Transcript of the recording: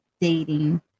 dating